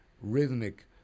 rhythmic